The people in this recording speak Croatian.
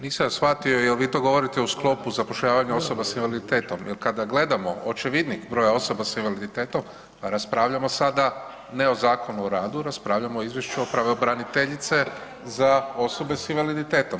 Nisam shvatio jel vi to govorite u sklopu zapošljavanja osoba s invaliditetom jel kada gledamo očevidnik broja osoba s invaliditetom pa raspravljamo sada ne o Zakonu o radu, raspravljamo o Izvješću pravobraniteljice za osobe s invaliditetom.